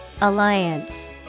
Alliance